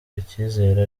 icyizere